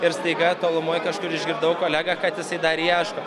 ir staiga tolumoj kažkur išgirdau kolegą kad jisai dar ieško